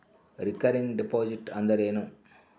Recurring deposit ಅಂದರೇನು?